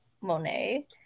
Monet